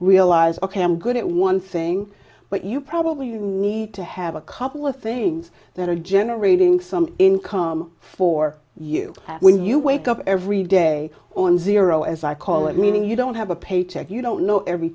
realize ok i'm good at one thing but you probably need to have a couple of things that are generating some income for you when you wake up every day on zero as i call it meaning you don't have a paycheck you don't know every